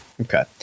Okay